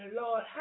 Lord